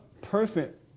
perfect